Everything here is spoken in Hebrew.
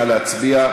נא להצביע.